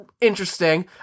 interesting